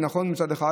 מצד אחד,